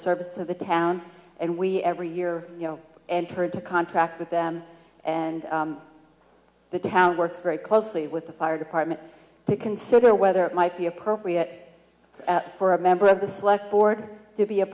service to the town and we every year and turn to contract with them and the town works very closely with the fire department to consider whether it might be appropriate for a member of the select board to be a